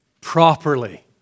properly